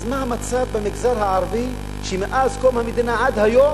אז מה המצב במגזר הערבי, שמאז קום המדינה עד היום